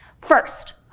First